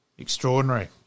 Extraordinary